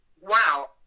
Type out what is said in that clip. wow